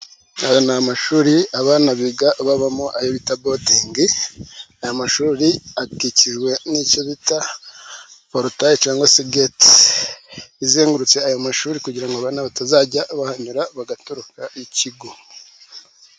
Aya n'amashuri abana biga babamo ayo bita bodingi. Aya mashuri akikizwa n'icyo bita porotayi cyangwa se gati izengurutse, ayo mashuri kugira ngo batazajya bahanyura bagatoroka ikigo.